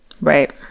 Right